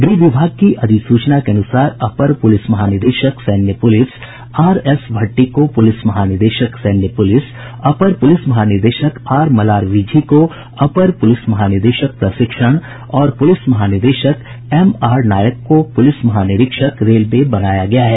गृह विभाग की अधिसूचना के अनुसार अपर पुलिस महानिदेशक सैन्य पुलिस आर एस भट्टी को पुलिस महानिदेशक सैन्य पुलिस अपर पुलिस महानिदेशक आर मलार विझी को अपर पुलिस महानिदेशक प्रशिक्षण और पुलिस महानिरीक्षक एम आर नायक को पुलिस महानिरीक्षक रेलवे बनाया गया है